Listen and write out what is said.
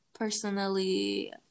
personally